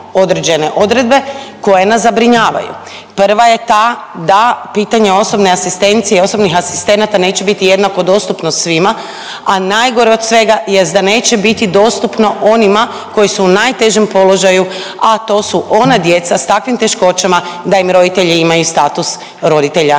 određeno odredbe koje nas zabrinjavaju. Prva je ta da pitanje osobne asistencije i osobnih asistenata neće biti jednako dostupno svima, a najgore od svega jest da neće biti dostupno onima koji su u najtežem položaju, a to su ona djeca s takvim teškoćama da im roditelji imaju status roditelja